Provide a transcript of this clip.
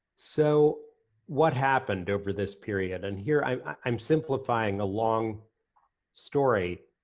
so what happened over this period? and here i'm i'm simplifying a long story.